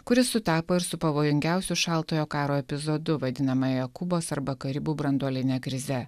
kuris sutapo ir su pavojingiausiu šaltojo karo epizodu vadinamąją kubos arba karibų branduolinę krizę